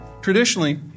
traditionally